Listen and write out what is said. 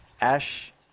Ash